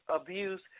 abuse